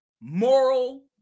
moral